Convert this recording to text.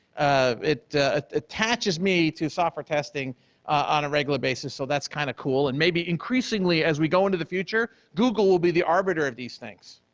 it attaches me to software testing on a regular basis, so that's kind of cool and maybe increasingly as we go into the future, google will be the arbiter of these things.